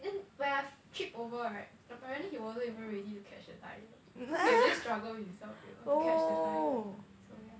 then when I trip over right apparently he wasn't even ready to catch the tire so you will just struggle you yourself you know to catch the tire so yeah